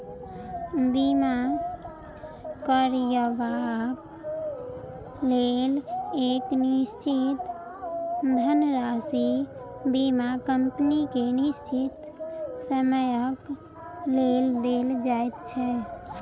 बीमा करयबाक लेल एक निश्चित धनराशि बीमा कम्पनी के निश्चित समयक लेल देल जाइत छै